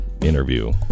interview